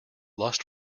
lust